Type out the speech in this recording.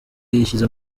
yishyize